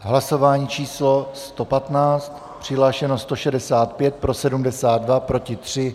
V hlasování číslo 115 přihlášeno 165, pro 72, proti 3.